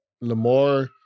Lamar